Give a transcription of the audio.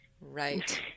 Right